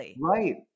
Right